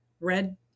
red